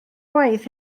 waith